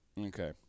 Okay